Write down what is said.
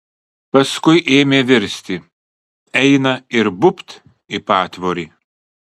paskui ėmė virsti eina ir bubt į patvorį